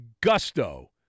gusto